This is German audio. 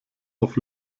auf